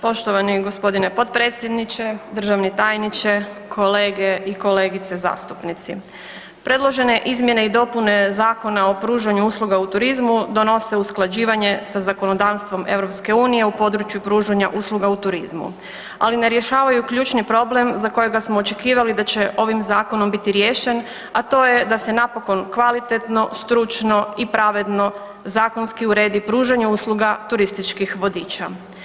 Poštovani gospodine potpredsjedniče, državni tajniče, kolege i kolegice zastupnici, predložene izmjene i dopune Zakona o pružanju usluga u turizmu donose usklađivanje sa zakonodavstvom EU u području pružanja usluga u turizmu, ali ne rješavaju ključni problem za kojega smo očekivali da će ovim zakonom biti riješen, a to je da se napokon kvalitetno, stručno i pravedno zakonski uredi pružanje usluga turističkih vodiča.